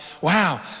wow